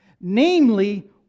Namely